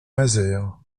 mazères